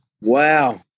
Wow